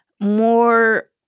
more